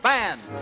Band